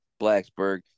Blacksburg